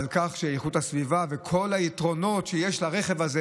איכות הסביבה וכל היתרונות שיש לרכב הזה,